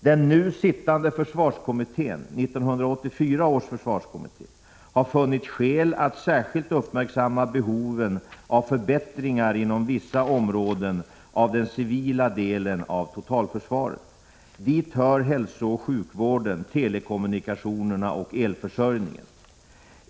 Den nu sittande försvarskommittén, 1984 års försvarskommitté, har funnit skäl att särskilt uppmärksamma behoven av förbättringar inom vissa områden av den civila delen av totalförsvaret. Dit hör hälsooch sjukvården, telekommunikationerna och elförsörjningen.